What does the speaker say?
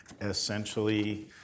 essentially